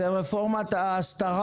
זו רפורמת ההסתרה.